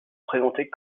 présentée